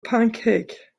pancake